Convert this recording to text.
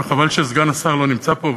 וחבל שסגן השר לא נמצא פה,